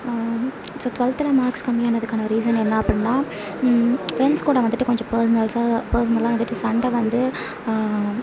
so டூவல்த்தில் marks கம்மியானத்துக்கான reason என்ன அப்படினா ஃபிரெண்ட்ஸ் கூட வந்துட்டு கொஞ்சம் பெர்ஸ்னல்ஸ்ஸாக பெர்ஸ்னலாக வந்துட்டு சண்டை வந்து